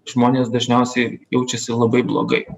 žmonės dažniausiai jaučiasi labai blogai